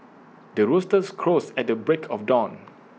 the rooster crows at the break of dawn